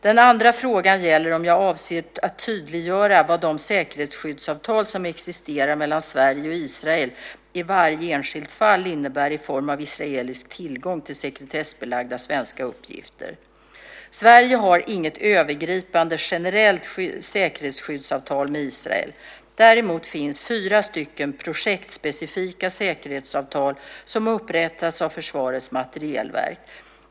Den andra frågan gäller om jag avser att tydliggöra vad de säkerhetsskyddsavtal som existerar mellan Sverige och Israel i varje enskilt fall innebär i form av israelisk tillgång till sekretessbelagda svenska uppgifter. Sverige har inget övergripande generellt säkerhetsskyddsavtal med Israel. Däremot finns det fyra stycken projektspecifika säkerhetsskyddsavtal som upprättats av Försvarets materielverk.